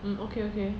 mm okay okay